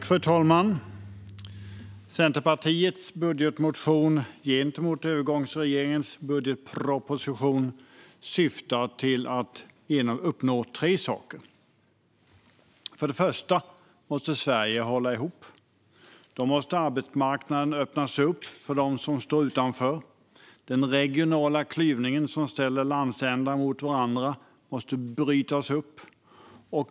Fru talman! Centerpartiets budgetmotion gentemot övergångsregeringens budgetproposition syftar till att uppnå tre saker. För det första måste Sverige hålla ihop. Då måste arbetsmarknaden öppnas för dem som står utanför. Den regionala klyvningen som ställer landsändar mot varandra måste brytas upp.